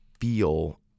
feel